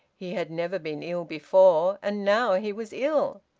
he had never been ill before. and now he was ill.